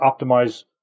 optimize